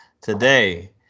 Today